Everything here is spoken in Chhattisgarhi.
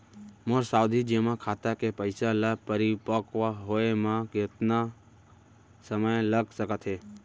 मोर सावधि जेमा खाता के पइसा ल परिपक्व होये म कतना समय लग सकत हे?